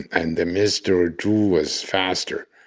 and mr. zhu was faster.